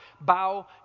bow